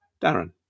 Darren